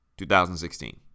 2016